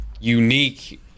unique –